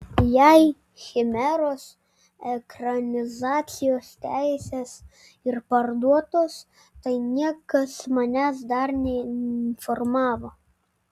jei chimeros ekranizacijos teisės ir parduotos tai niekas manęs dar neinformavo